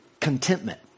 Contentment